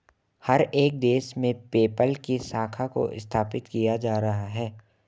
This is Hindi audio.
हर एक देश में पेपल की शाखा को स्थापित किया जा रहा है